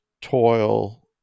toil